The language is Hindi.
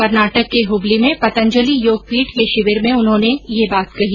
कर्नाटक के हबली में पतंजलि योगपीठ के शिविर में उन्होंने यह बात कही